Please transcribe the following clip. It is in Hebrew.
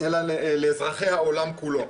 אלא לאזרחי העולם כולו.